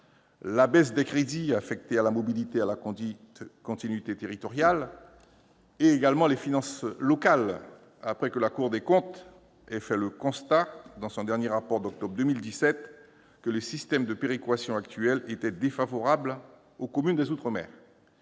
la baisse des crédits affectés à la mobilité, à la continuité territoriale. Je pense enfin aux finances locales : la Cour des comptes a elle-même constaté, dans son dernier rapport d'octobre 2017, que le système de péréquation actuel était défavorable aux communes d'outre-mer.